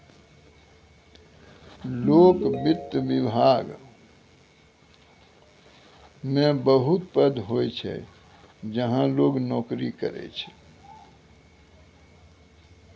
लोक वित्त विभाग मे बहुत पद होय छै जहां लोग नोकरी करै छै